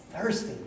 thirsty